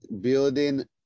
building